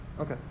Okay